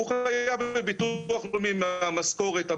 הוא חייב בביטוח לאומי מהמשכורת.